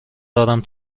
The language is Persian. دارم